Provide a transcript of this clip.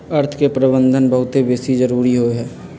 अर्थ के प्रबंधन बहुते बेशी जरूरी होइ छइ